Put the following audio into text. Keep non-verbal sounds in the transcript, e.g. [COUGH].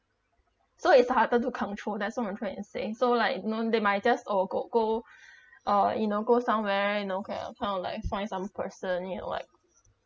so it's harder to control that's all I'm trying to say so like you know they might just or got go [BREATH] uh you know go somewhere you know kind of kind of like find some person you know like